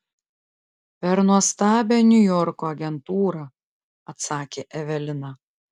per nuostabią niujorko agentūrą atsakė evelina